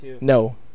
no